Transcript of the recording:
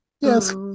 Yes